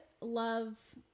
love